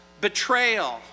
Betrayal